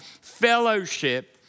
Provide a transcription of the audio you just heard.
fellowship